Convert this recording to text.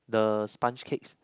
the sponge cakes